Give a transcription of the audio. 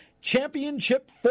Championship